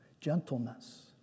Gentleness